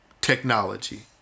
technology